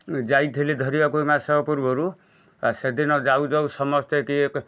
ଯାଇଥିଲି ଧରିବାକୁ ଏଇ ମାସକ ପୂର୍ବରୁ ଆ ସେଦିନ ଯାଉ ଯାଉ ସମସ୍ତେ ଟିକେ